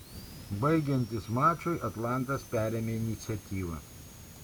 baigiantis mačui atlantas perėmė iniciatyvą